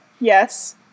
Yes